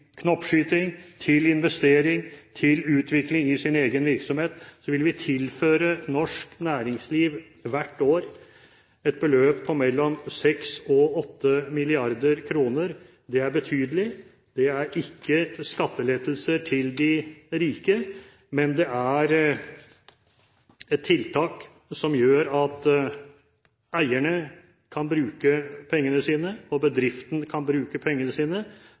knoppskyting, til investering og til utvikling i sin egen virksomhet, ville vi hvert år tilføre norsk næringsliv et beløp på mellom 6 og 8 mrd. kr. Det er betydelig, og det er ikke skattelettelser til de rike, men det er et tiltak som gjør at eierne kan bruke pengene sine, at bedriften kan bruke pengene sine